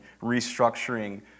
restructuring